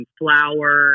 flour